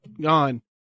gone